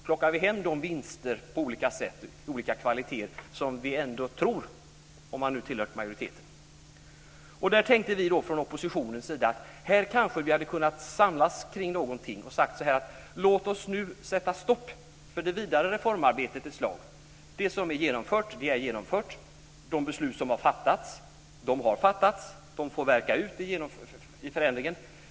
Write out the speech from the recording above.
Plockar vi hem de vinster på olika sätt med olika kvaliteter som vi ändå tror? Det gäller då dem som tillhör majoriteten. Där tänkte vi då från oppositionens sida att här kanske vi hade kunnat samlas kring någonting och sagt så här: Låt oss nu sätta stopp för det vidare reformarbetet ett slag! Det som är genomfört är genomfört. De beslut som har fattats har fattats. De får värka ut, i förändringen.